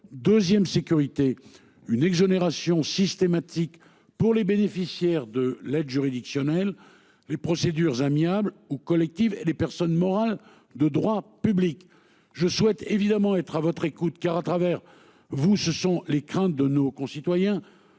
2ème sécurité une exonération systématique pour les bénéficiaires de l'aide juridictionnelle. Les procédures amiables ou collective et les personnes morales de droit public. Je souhaite évidemment être à votre écoute, car à travers vous ce sont les craintes de nos concitoyens